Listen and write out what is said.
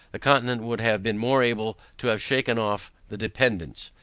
the continent would have been more able to have shaken off the dependance.